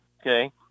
Okay